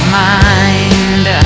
mind